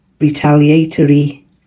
retaliatory